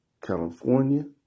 California